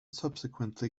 subsequently